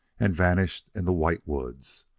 and vanished in the white woods.